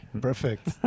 Perfect